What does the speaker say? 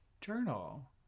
Journal